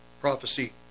prophecy